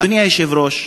אדוני היושב-ראש,